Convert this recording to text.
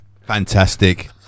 Fantastic